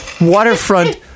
waterfront